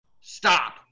stop